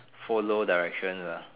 follow directions ah